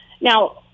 Now